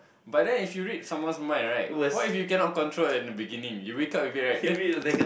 but then if you read someone's mind right what if you cannot control in the beginning you wake up you'll be like